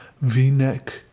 v-neck